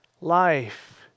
life